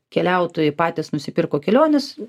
keliautojai patys nusipirko keliones